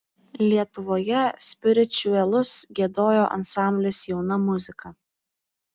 lietuvoje spiričiuelus giedojo ansamblis jauna muzika